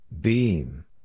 Beam